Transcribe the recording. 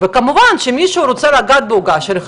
וכמובן כשמישהו רוצה לגעת בעוגה שלך